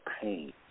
pain